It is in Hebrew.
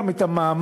גם את המעמד,